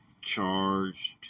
charged